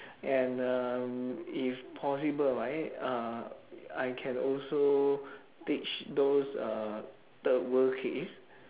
and um if possible right uh I can also teach those uh third world kids